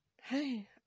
Hey